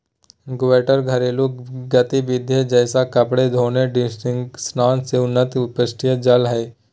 greywater घरेलू गतिविधिय जैसे कपड़े धोने, डिशवाशिंग स्नान से उत्पन्न अपशिष्ट जल हइ